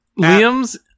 Liam's